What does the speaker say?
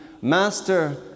Master